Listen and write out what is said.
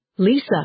Lisa